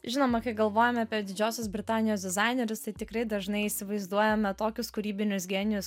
žinoma kai galvojame apie didžiosios britanijos dizainerius tai tikrai dažnai įsivaizduojame tokius kūrybinius genijus